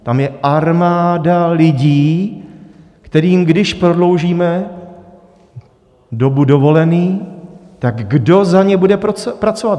Tam je armáda lidí, kterým když prodloužíme dobu dovolených, tak kdo za ně bude pracovat?